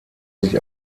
sich